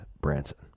Branson